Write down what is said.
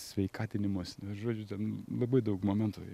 sveikatinimosi žodžiu ten labai daug momentų